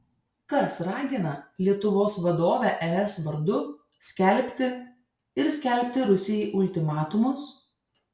kas ragina lietuvos vadovę es vardu skelbti ir skelbti rusijai ultimatumus